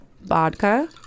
vodka